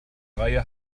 reihe